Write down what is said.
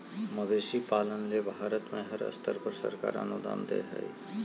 मवेशी पालन ले भारत में हर स्तर पर सरकार अनुदान दे हई